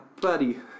buddy